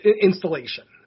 installation